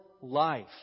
life